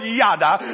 yada